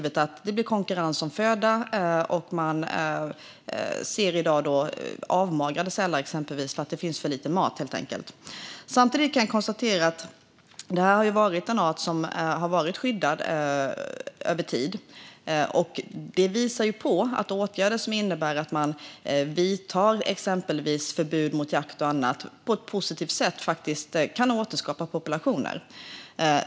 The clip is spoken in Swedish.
Det blir konkurrens om föda, och man ser i dag avmagrade sälar för att det helt enkelt finns för lite mat. Samtidigt kan jag konstatera att det här är en art som har varit skyddad över tid. Det visar ju på att åtgärder som man vidtar, exempelvis förbud mot jakt, på ett positivt sätt faktiskt kan återskapa populationer.